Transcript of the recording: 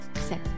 set